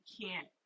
can't-